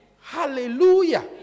Hallelujah